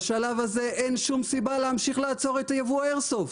בשלב הזה אין סיבה להמשיך לעצור את יבוא איירסופט.